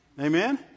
Amen